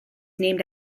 named